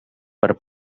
per